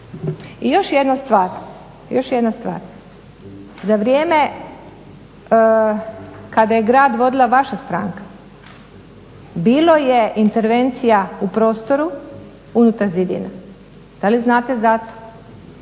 I još jedna stvar, za vrijeme kada je grad vodila vaša stranka bilo je intervencija u prostoru unutar zidina. Da li znate za to?